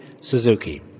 Suzuki